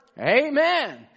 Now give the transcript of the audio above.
Amen